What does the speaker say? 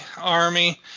army